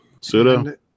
Suda